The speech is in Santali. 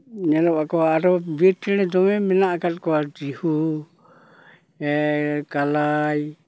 ᱧᱮᱞᱚᱜ ᱟᱠᱚ ᱟᱨᱚ ᱵᱤᱨ ᱪᱮᱬᱮ ᱫᱚᱢᱮ ᱢᱮᱱᱟᱜ ᱟᱠᱟᱜ ᱠᱚᱣᱟ ᱡᱤᱦᱩ ᱠᱟᱞᱟᱭ